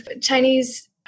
Chinese